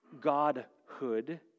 godhood